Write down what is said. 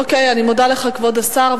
תודה, כבוד השר.